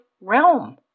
realm